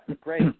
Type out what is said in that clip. great